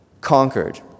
conquered